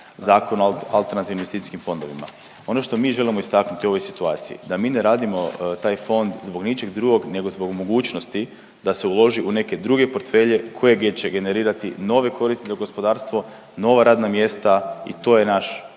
Zakon o AIF-ovima. Ono što mi želimo istaknuti u ovoj situaciji, da mi ne radimo taj fond zbog ničeg drugog nego zbog mogućnosti da se uloži u neke druge portfelje koje će generirati nove koristi za gospodarstvo, nova radna mjesta i to je naš